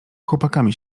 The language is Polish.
chłopakami